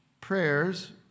prayers